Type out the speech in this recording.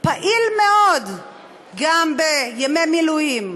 פעיל מאוד גם בימי מילואים,